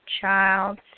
child